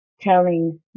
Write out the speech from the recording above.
telling